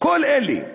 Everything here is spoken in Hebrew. כל אלה,